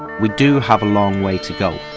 we do have a long way to go. you